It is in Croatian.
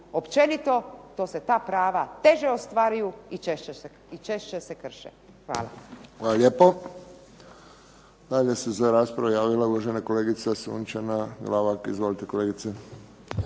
općenito, to se ta prava teže ostvaruju i češće se krše. Hvala. **Friščić, Josip (HSS)** Hvala lijepo. Dalje se za raspravu javila uvažena kolegica Sunčana Glavak. Izvolite, kolegice.